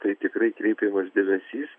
tai tikrai kreipiamas dėmesys